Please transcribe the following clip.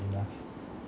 enough